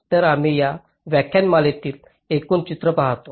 तर आम्ही या व्याख्यानमालेतील एकूण चित्र पाहतो